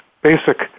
basic